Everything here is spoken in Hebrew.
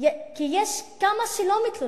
- יש כמה שלא מתלוננות.